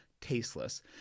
tasteless